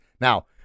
now